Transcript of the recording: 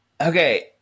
okay